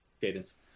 Cadence